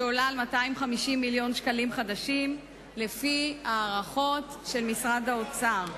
שעולה על 250 מיליון שקלים חדשים לפי הערכות של משרד האוצר.